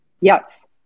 Yes